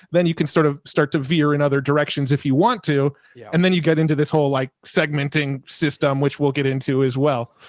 then you can sort of start to veer in other directions if you want to. yeah and then you get into this whole, like, segmenting system, which we'll get into as well.